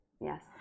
Yes